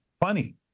funny